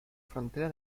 frontera